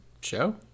show